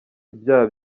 ibyaha